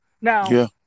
Now